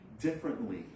differently